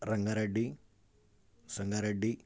Ranga Reddy Sanga ready